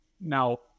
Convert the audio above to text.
now